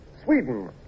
sweden